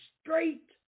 straight